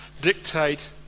dictate